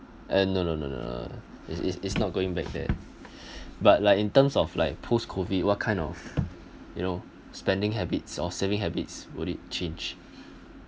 and no no no no is is is not going back there but like in terms of like post COVID what kind of you know spending habits or saving habits would it change